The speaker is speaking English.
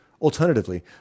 Alternatively